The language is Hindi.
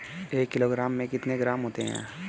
एक किलोग्राम में कितने ग्राम होते हैं?